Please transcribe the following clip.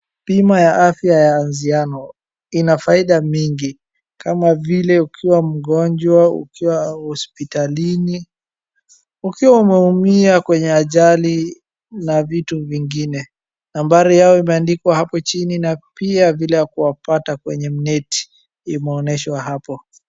Bima ya afya ya anziano ina faida nyingi. Kama vile ukiwa mgonjwa ukiwa hospitalini, ukiwa umeumia kwenye ajali na vitu vingine. Nambari yao imeandikwa hapo chini na pia vile ya kuwapata kwenye mneti imeonyeshwa hapo.